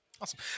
Awesome